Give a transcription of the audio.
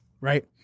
right